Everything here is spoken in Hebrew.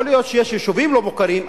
יכול להיות שיש יישובים לא-מוכרים,